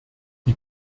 die